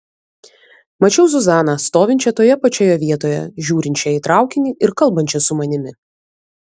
mačiau zuzaną stovinčią toje pačioje vietoje žiūrinčią į traukinį ir kalbančią su manimi